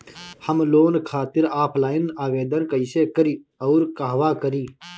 हम लोन खातिर ऑफलाइन आवेदन कइसे करि अउर कहवा करी?